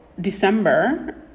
december